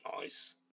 nice